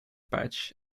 patch